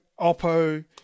Oppo